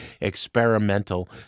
experimental